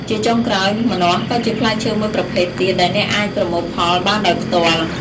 ជាចុងក្រោយ ម្នាស់ក៏ជាផ្លែឈើមួយប្រភេទទៀតដែលអ្នកអាចប្រមូលផលបានដោយផ្ទាល់។